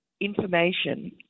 information